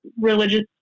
religious